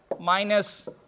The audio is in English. minus